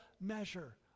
measure